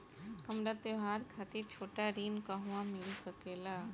हमरा त्योहार खातिर छोटा ऋण कहवा मिल सकेला?